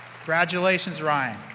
congratulations, ryan.